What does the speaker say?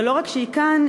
ולא רק שהיא כאן,